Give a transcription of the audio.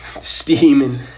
Steaming